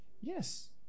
yes